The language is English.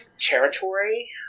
territory